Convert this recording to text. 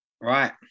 Right